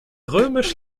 römisch